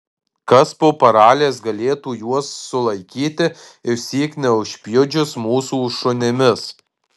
kas po paraliais galėtų juos sulaikyti išsyk neužpjudžius mūsų šunimis